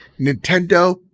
Nintendo